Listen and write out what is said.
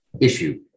issue